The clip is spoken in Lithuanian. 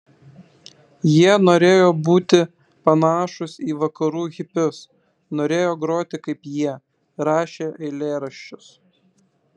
jie norėjo būti panašūs į vakarų hipius norėjo groti kaip jie rašė eilėraščius